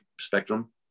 spectrum